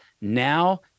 Now